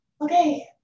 okay